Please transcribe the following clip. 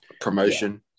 promotion